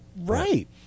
Right